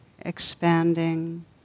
expanding